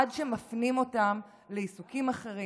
עד שמפנים אותם לעיסוקים אחרים,